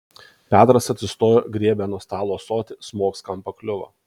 petras atsistojo griebė nuo stalo ąsotį smogs kam pakliuvo